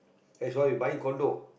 eh sorry buying condo